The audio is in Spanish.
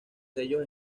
sellos